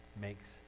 makes